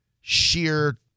sheer